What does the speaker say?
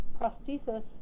prosthesis